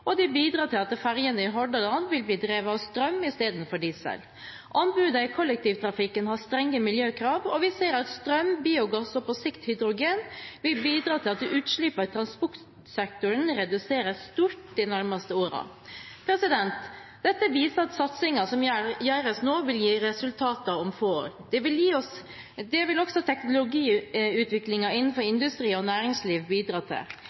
og de bidrar til at ferjene i Hordaland vil bli drevet av strøm istedenfor diesel. Anbudene i kollektivtrafikken har strenge miljøkrav, og vi ser at strøm, biogass og på sikt hydrogen vil bidra til at utslippene i transportsektoren reduseres stort de nærmeste årene. Dette viser at satsingen som gjøres nå, vil gi resultater om få år. Det vil også teknologiutviklingen innenfor industri og næringsliv bidra til.